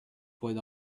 pourrai